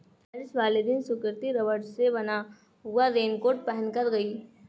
बारिश वाले दिन सुकृति रबड़ से बना हुआ रेनकोट पहनकर गई